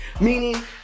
Meaning